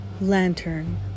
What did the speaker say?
Lantern